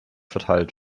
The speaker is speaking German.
verteilt